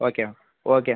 okay okay